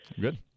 Good